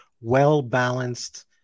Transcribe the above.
well-balanced